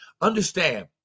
Understand